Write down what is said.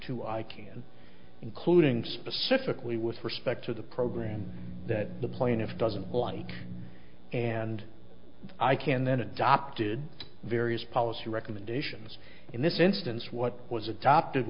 to icann including specifically with respect to the program that the plaintiffs doesn't like and i can then adopted various policy recommendations in this instance what was adopted